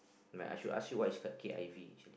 like I should ask you what is quite K_I_V